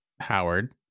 Howard